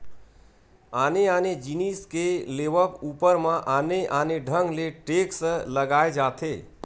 आने आने जिनिस के लेवब ऊपर म आने आने ढंग ले टेक्स लगाए जाथे